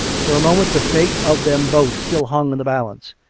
for a moment the fate of them both still hung in the balance.